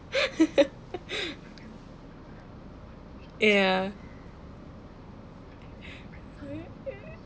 ya